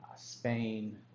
Spain